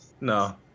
No